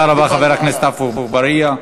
תודה רבה, חבר הכנסת עפו אגבאריה.